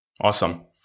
Awesome